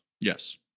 Yes